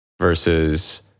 versus